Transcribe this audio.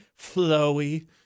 flowy